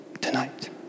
tonight